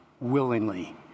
willingly